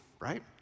right